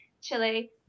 Chile